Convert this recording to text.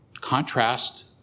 Contrast